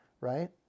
right